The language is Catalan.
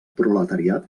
proletariat